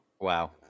Wow